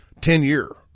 Ten-year